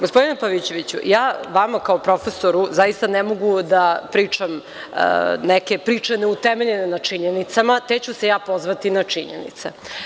Gospodine Pavićeviću, ja vama kao profesoru zaista ne mogu da pričam neke priče neutemeljene na činjenicama, te ću se ja pozvati na činjenice.